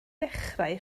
dechrau